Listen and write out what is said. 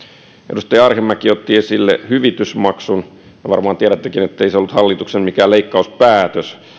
edustaja arhinmäki otti esille hyvitysmaksun varmaan tiedättekin ettei se ollut hallitukselta mikään leikkauspäätös